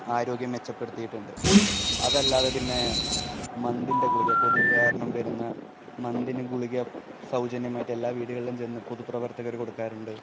ആരോഗ്യം മെച്ചപ്പെടുത്തിയിട്ടുണ്ട് അതല്ലാതെ പിന്നെ മന്തിൻ്റെ ഗുളിക കൊതുക് കാരണം വരുന്ന മന്തിന് ഗുളിക സൗജന്യമായിട്ടെല്ലാ വീടുകളിലും ചെന്ന് പൊതുപ്രവർത്തകർ കൊടുക്കാറുണ്ട്